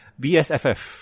BSFF